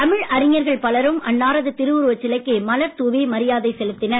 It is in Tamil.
தமிழ் அறிஞர்கள் பலரும் அன்னாரது திருவுருவச் சிலைக்கு மலர் தூவி மரியாதை செலுத்தினர்